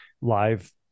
live